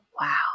wow